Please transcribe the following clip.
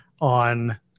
on